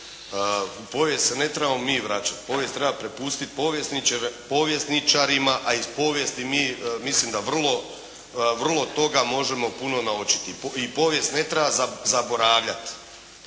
U povijest se ne trebamo mi vraćati. Povijest treba prepustiti povjesničarima, a iz povijesti mi mislim da vrlo toga možemo puno naučiti i povijest ne treba zaboravljati.